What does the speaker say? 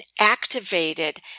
activated